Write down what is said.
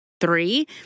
three